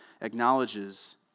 acknowledges